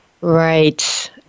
Right